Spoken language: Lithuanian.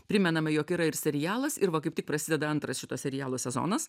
primename jog yra ir serialas ir va kaip tik prasideda antras šito serialo sezonas